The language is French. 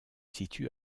situe